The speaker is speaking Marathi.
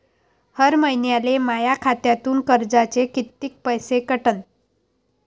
हर महिन्याले माह्या खात्यातून कर्जाचे कितीक पैसे कटन?